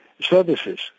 services